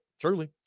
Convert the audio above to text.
Truly